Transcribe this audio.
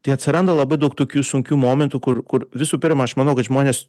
tai atsiranda labai daug tokių sunkių momentų kur kur visų pirma aš manau kad žmonės